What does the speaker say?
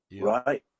Right